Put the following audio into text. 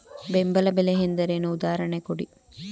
ಬೆಂಬಲ ಬೆಲೆ ಎಂದರೇನು, ಉದಾಹರಣೆ ಕೊಡಿ?